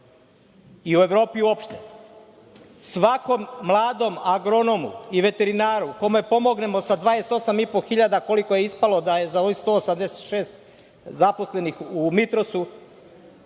i u Evropi uopšte. Svakom mladom agronomu i veterinaru kome pomognemo sa 28.500, koliko je ispalo da je za ovih 186 zaposlenih u „Mitrosu“,